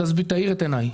תאיר את עיניי.